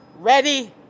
ready